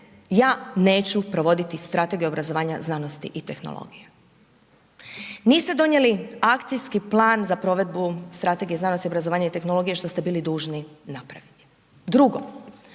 ja neću provoditi Strategiju obrazovanja, znanosti i tehnologije. Niste donijeli akcijski plan za provedbu Strategije znanosti, obrazovanja i tehnologije što ste bili dužni napraviti. Drugo,